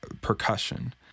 percussion